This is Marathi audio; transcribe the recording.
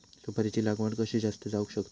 सुपारीची लागवड कशी जास्त जावक शकता?